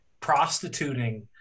prostituting